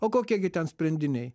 o kokie gi ten sprendiniai